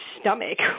stomach